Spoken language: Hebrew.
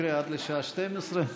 אבל אני חייב להסביר את השאילתה שלי.